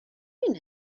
این